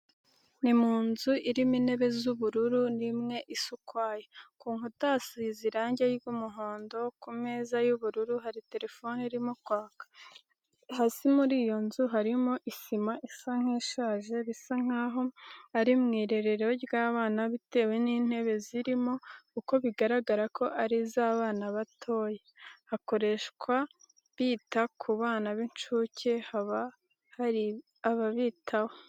Ni mu nzu irimo intebe z'ubururu n'imwe isa ukwayo, ku nkuta hasize irange ry'umuhondo, ku meza y'ubururu hari telephone irimo kwaka, hasi muri iyo nzu harimo isima isa nkishaje, bisa nkaho ari mu irerero ry'abana bitewe n'intebe zirimo kuko bigaragara ko ari iz'abana batoya, hakoreshwa bita ku bana b'incuke, haba hari ababitaho.